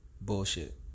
bullshit